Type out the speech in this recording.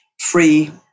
free